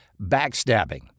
Backstabbing